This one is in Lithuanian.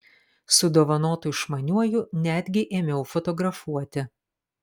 su dovanotu išmaniuoju netgi ėmiau fotografuoti